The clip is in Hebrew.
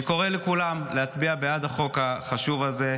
אני קורא לכולם להצביע בעד החוק החשוב הזה.